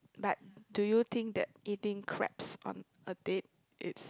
but do you think that eating crabs on a date it's